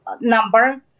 number